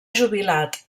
jubilat